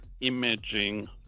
imaging